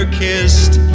kissed